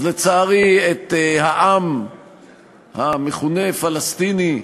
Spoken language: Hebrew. אז לצערי את העם המכונה "פלסטיני",